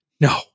No